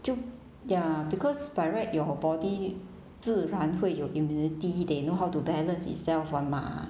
就 ya because by right your body 自然会有 immunity they know how to balance itself [one] mah